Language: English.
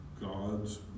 God's